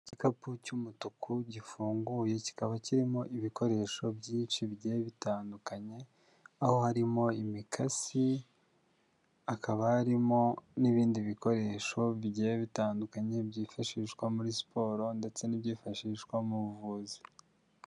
Igikapu cy'umutuku gifunguye, kikaba kirimo ibikoresho byinshi bigiye bitandukanye, aho harimo imikasi, hakaba harimo n'ibindi bikoresho bigiye bitandukanye byifashishwa muri siporo ndetse n'ibyifashishwa mu buvuzi.